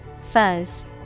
Fuzz